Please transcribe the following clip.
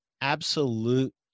absolute